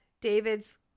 David's